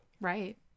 Right